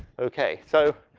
okay. so,